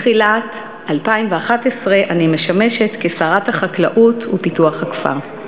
מתחילת 2011 אני משמשת כשרת החקלאות ופיתוח הכפר.